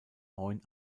neun